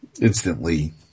instantly